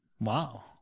Wow